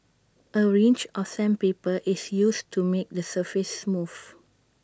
A range of sandpaper is used to make the surface smooth